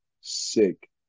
sick